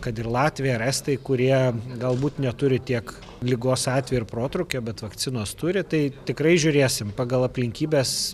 kad ir latviai ar estai kurie galbūt neturi tiek ligos atvejų ir protrūkio bet vakcinos turi tai tikrai žiūrėsim pagal aplinkybes